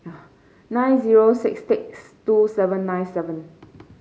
nine zero six six two seven nine seven